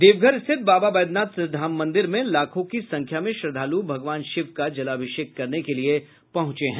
देवघर स्थित बाबा बैद्यनाथ धाम मंदिर में लाखों की संख्या में श्रद्धालु भगवान शिव का जलाभिषेक करने के लिए पहुंचे हैं